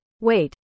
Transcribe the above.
Wait